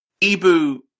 Ibu